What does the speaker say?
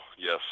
yes